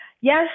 Yes